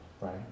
right